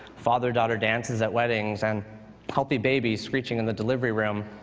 father-daughter dances at weddings and healthy babies screeching in the delivery room,